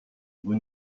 vous